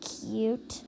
cute